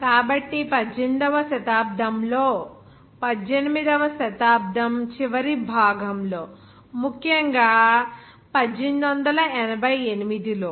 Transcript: కాబట్టి 18 వ శతాబ్దంలో 18 వ శతాబ్దం చివరి భాగంలో ముఖ్యంగా 1888 లో